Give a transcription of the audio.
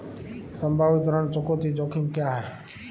संभावित ऋण चुकौती जोखिम क्या हैं?